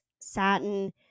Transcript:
Satin